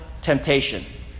temptation